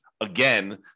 again